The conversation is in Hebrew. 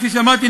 כפי שאמרתי,